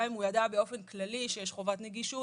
גם אם הוא ידע באופן כללי שיש חובת נגישות